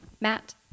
Matt